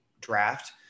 draft